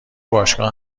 باشگاه